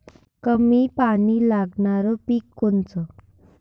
कमी पानी लागनारं पिक कोनचं?